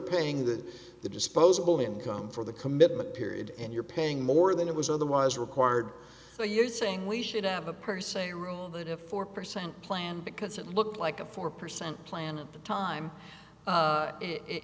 paying that the disposable income for the commitment period and you're paying more than it was otherwise required so you're saying we should have a person a rule that a four percent plan because it looked like a four percent plan and the time it i